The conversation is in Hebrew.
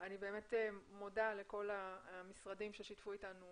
אני מודה לכל המשרדים ששיתפו אתנו